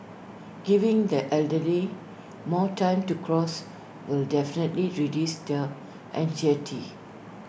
giving the elderly more time to cross will definitely reduce their anxiety